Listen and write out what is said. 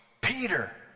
Peter